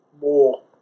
More